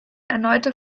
erneute